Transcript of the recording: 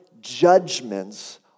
judgments